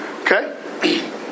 Okay